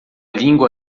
língua